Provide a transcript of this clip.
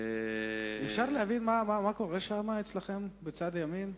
אפשר להבין מה קורה שם אצלכם בצד ימין?